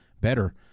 better